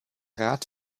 rat